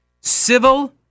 civil